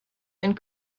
and